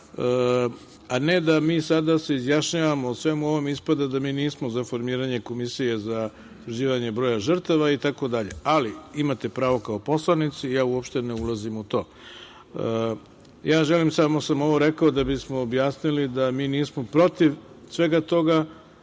a ne da mi sada se izjašnjavamo o ovome. Ispada da mi nismo za formiranje Komisije za utvrđivanje broja žrtava itd. Imate pravo kao poslanici i ja uopšte ne ulazim u tom. Samo samo ovo rekao da bismo objasnili da mi nismo protiv svega toga,